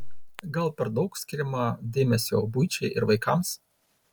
gal per daug skiriama dėmesio buičiai ir vaikams